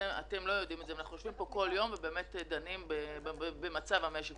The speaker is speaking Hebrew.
אתם לא יודעים את זה אבל אנחנו יושבים פה בכל יום ובאמת דנים במצב המשק,